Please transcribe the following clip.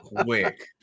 quick